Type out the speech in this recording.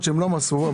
לא מסרו,